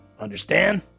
Understand